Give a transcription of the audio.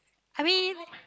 I mean